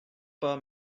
pas